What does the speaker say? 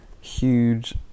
huge